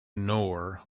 noor